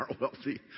wealthy